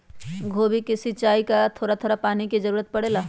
गोभी के सिचाई में का थोड़ा थोड़ा पानी के जरूरत परे ला?